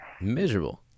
miserable